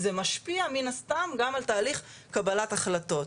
זה משפיע מן הסתם גם על תהליך קבלת החלטות.